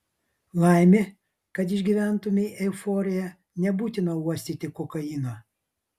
laimė kad išgyventumei euforiją nebūtina uostyti kokainą